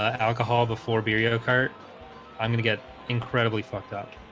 alcohol before beer, you know kurt i'm gonna get incredibly fucked up